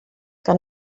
que